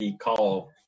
call